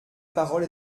parole